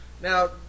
Now